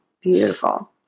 Beautiful